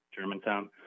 Germantown